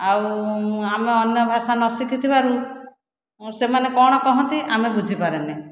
ଆଉ ଆମେ ଅନ୍ୟ ଭାଷା ନଶିଖିଥିବାରୁ ସେମାନେ କ'ଣ କହନ୍ତି ଆମେ ବୁଝିପାରେ ନାହିଁ